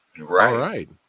right